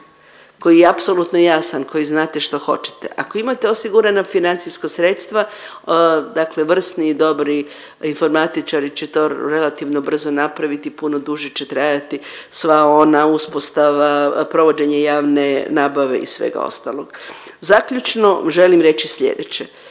koji je apsolutno jasan, koji znate što hoćete, ako imate osigurana financijska sredstva dakle vrsni dobri informatičari će to relativno brzo napraviti, puno duže će trajati sva ona uspostava, provođenje javne nabave i svega ostalog. Zaključno želim reći slijedeće.